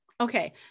okay